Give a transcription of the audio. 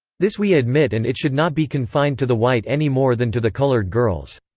this we admit and it should not be confined to the white any more than to the colored girls.